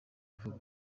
vuba